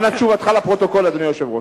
אנא תשובתך לפרוטוקול, אדוני היושב-ראש.